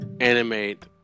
animate